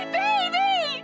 baby